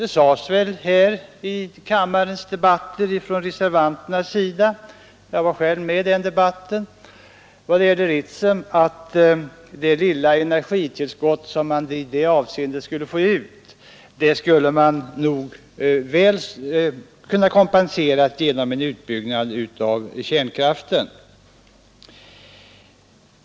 Det sades i kammardebatterna av reservanterna — jag var själv med där — vad gäller Ritsem att det lilla energitillskott som man skulle få ut skulle man nog väl kunna kompensera genom en utbyggnad av kärnkraften.